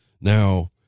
Now